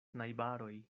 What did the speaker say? najbaroj